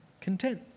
content